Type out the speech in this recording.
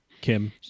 Kim